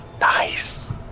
Nice